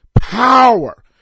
power